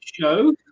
show